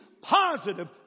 positive